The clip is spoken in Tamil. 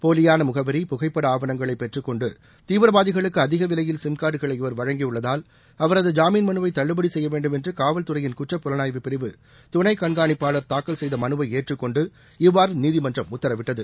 போலியான முகவரி புகைப்பட ஆவணங்களை பெற்றுக் கொண்டு தீவிரவாதிகளுக்கு அதிக விலையில் சிம் கார்டுகளை இவர் வழங்கியுள்ளதால் அவரது ஜாமீன் மனுவை தள்ளுபடி செய்ய வேண்டும் என்று காவல்துறையின் குற்றப் புலனாய்வுப் பிரிவு துணை கண்காணிப்பாளர் தாக்கல் செய்த மனுவை ஏற்றுக் கொண்டு இவ்வாறு நிதிமன்றம் உத்தரவிட்டது